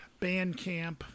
Bandcamp